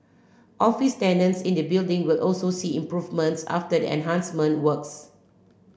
office tenants in the building will also see improvements after the enhancement works